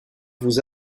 vous